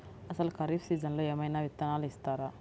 అసలు ఖరీఫ్ సీజన్లో ఏమయినా విత్తనాలు ఇస్తారా?